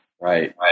Right